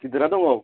गिदिरा दं औ